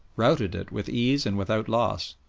routed it with ease and without loss.